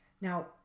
Now